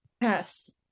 Yes